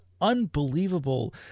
unbelievable